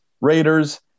Raiders